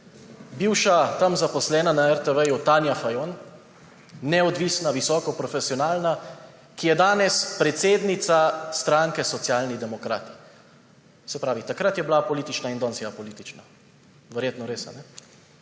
Bivša tam zaposlena, na RTV, Tanja Fajon, neodvisna visoko profesionalna, ki je danes predsednica stranke Socialni demokrati. Se pravi, takrat je bila apolitična in danes je apolitična. Verjetno res, kajne?